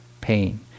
pain